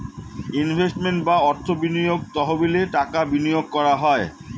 investment বা অর্থ বিনিয়োগ তহবিলে টাকা বিনিয়োগ করা হয়